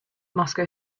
moscow